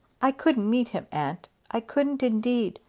i couldn't meet him, aunt i couldn't indeed.